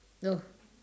no